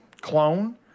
clone